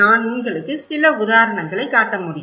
நான் உங்களுக்கு சில உதாரணங்களைக் காட்ட முடியும்